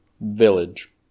Village